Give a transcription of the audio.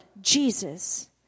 Jesus